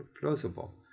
plausible